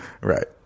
Right